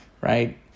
right